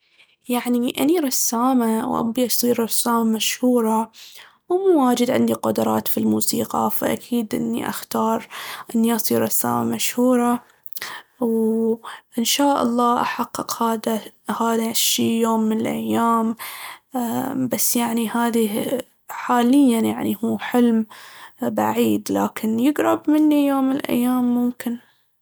يعني أني رسامة وأبغي أصير رسامة مشهورة، ومو واجد عندي قدرات في الموسيقى فأكيد أني أختار إني أصير رسامة مشهورة. وإن شاء الله أحقق هذا- هذا الشي يوم من الأيام. بس يعني هذا حالياً يعني هو حلم بعيد لكن يقرب مني يوم من الأيام ممكن.